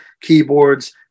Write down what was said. keyboards